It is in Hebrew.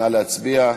נא להצביע.